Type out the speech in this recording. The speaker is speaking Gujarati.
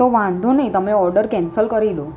તો વાંધો નહીં તમે ઓર્ડર કેન્સલ કરી દો